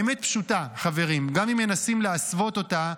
האמת פשוטה, חברים, גם אם מנסים להסוות אותה: